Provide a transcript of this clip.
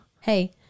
Hey